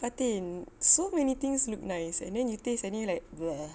fatin so many things look nice and then you taste any like